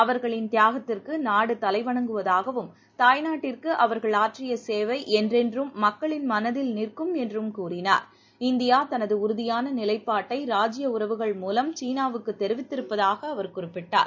அவர்களின் தியாகத்திற்குநாடுதலைவணங்குவதாகவும் தாய்நாட்டிற்குஅவர்கள் ஆற்றியசேவைஎன்றென்றும் மக்களின் மனதில் நிற்கும் என்றும் கூறினார் இந்தியாதனதுஉறுதியானநிலைப்பாட்டை ராஜ்ஜீய உறவுகள் மூலம் சீனாவுக்குத் தெரிவித்திருப்பதாகஅவர் குறிப்பிட்டார்